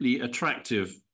attractive